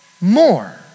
more